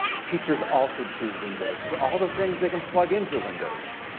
teachers also choose windows for all the things they can plug into windows,